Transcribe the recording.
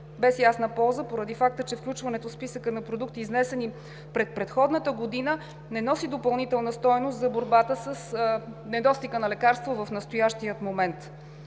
без ясна полза, поради факта, че включването в списъка на продукти, изнесени пред предходната година, не носи допълнителна стойност за борбата с недостига на лекарства в настоящия момент.